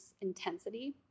intensity